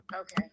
Okay